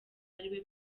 ariwe